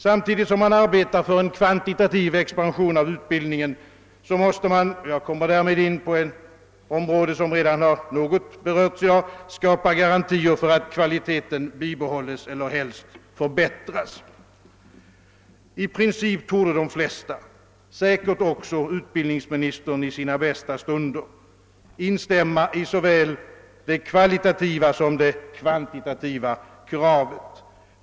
Samtidigt som man arbetar för en kvantitativ expansion av utbildningen måste man skapa garantier för att kvaliteten bibehålls eller helst förbättras. Jag kommer härmed in på ett område som redan har berörts något i dag. I princip torde de flesta — säkert också utbildningsministern i sina bästa stunder — instämma i såväl det kvalitativa som det kvantitativa kravet.